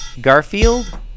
Garfield